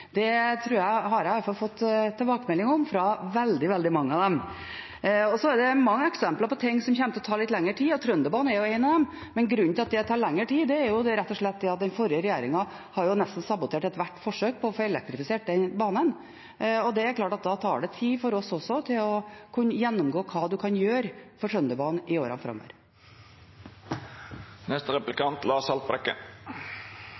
Det har jeg i hvert fall fått tilbakemelding om fra veldig mange av dem. Så er det mange eksempler på ting som kommer til å ta litt lengre tid, og Trønderbanen er én av dem. Men grunnen til at det tar lenger tid, er rett og slett at den forrige regjeringen har sabotert nesten ethvert forsøk på å få elektrifisert den banen. Det er klart at da tar det tid for oss også å gjennomgå hva man kan gjøre for Trønderbanen i årene framover. Neste